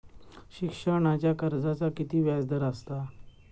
शिक्षणाच्या कर्जाचा किती व्याजदर असात?